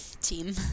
team